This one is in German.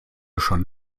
schon